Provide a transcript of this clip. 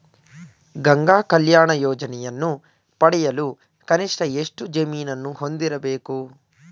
ಗಂಗಾ ಕಲ್ಯಾಣ ಯೋಜನೆಯನ್ನು ಪಡೆಯಲು ಕನಿಷ್ಠ ಎಷ್ಟು ಜಮೀನನ್ನು ಹೊಂದಿರಬೇಕು?